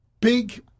big